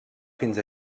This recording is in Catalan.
fins